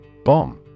Bomb